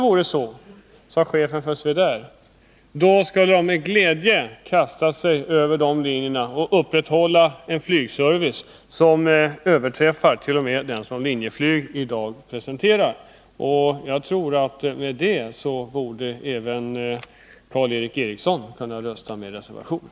Swedair skulle då med glädje kasta sig över dessa linjer och upprätthålla en flygservice som t.o.m. överträffade den som Linjeflyg i dag presterar. Därmed torde även Karl Erik Eriksson kunna rösta med reservanterna.